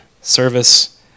service